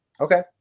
Okay